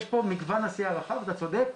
יש פה מגוון עשייה רחב, אתה צודק,